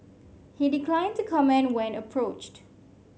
he declined to comment when approached